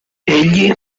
egli